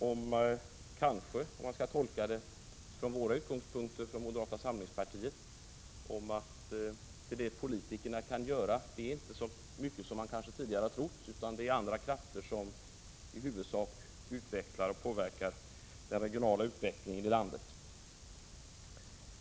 Från moderata samlingspartiets utgångspunkt kan det tolkas som att det politikerna kan göra inte är så mycket som man kanske tidigare har trott, utan det är andra krafter som i huvudsak påverkar den regionala utvecklingen i landet.